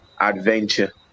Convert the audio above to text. adventure